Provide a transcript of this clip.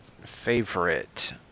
favorite